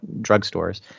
drugstores